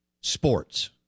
sports